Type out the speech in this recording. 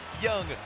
Young